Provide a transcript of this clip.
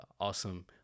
awesome